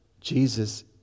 Jesus